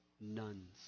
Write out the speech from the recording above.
nuns